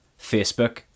Facebook